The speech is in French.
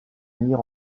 venir